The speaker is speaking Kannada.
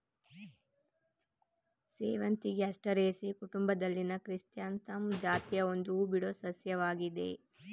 ಸೇವಂತಿಗೆ ಆಸ್ಟರೇಸಿಯಿ ಕುಟುಂಬದಲ್ಲಿನ ಕ್ರಿಸ್ಯಾಂಥಮಮ್ ಜಾತಿಯ ಒಂದು ಹೂಬಿಡೋ ಸಸ್ಯವಾಗಯ್ತೆ